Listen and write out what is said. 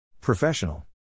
Professional